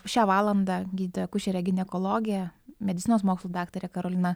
šią valandą gydytoja akušerė ginekologė medicinos mokslų daktarė karolina